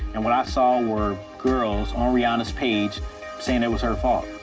and what i saw were girls on rihanna's page saying it was her fault.